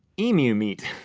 emu meat.